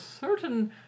certain